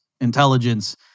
intelligence